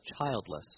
childless